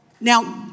Now